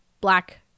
black